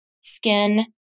skin